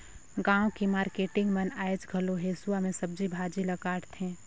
गाँव के मारकेटिंग मन आयज घलो हेसुवा में सब्जी भाजी ल काटथे